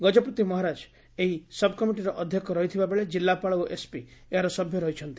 ଗକପତି ମହାରାଜା ଏହି ସବ୍ କମିଟିର ଅଧ୍ଧକ୍ଷ ରହିଥିବା ବେଳେ କିଲ୍ଲାପାଳ ଓ ଏସପି ଏହାର ସଭ୍ୟ ରହିଛନ୍ତି